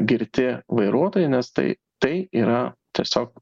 girti vairuotojai nes tai tai yra tiesiog